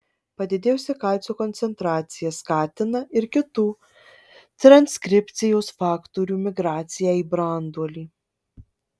padidėjusi kalcio koncentracija skatina ir kitų transkripcijos faktorių migraciją į branduolį